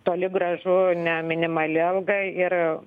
toli gražu ne minimali alga ir